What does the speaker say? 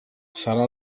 serà